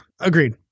agreed